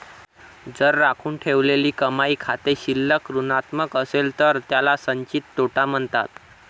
जर राखून ठेवलेली कमाई खाते शिल्लक ऋणात्मक असेल तर त्याला संचित तोटा म्हणतात